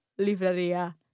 livraria